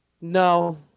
No